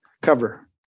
cover